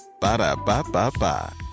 Ba-da-ba-ba-ba